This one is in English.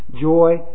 joy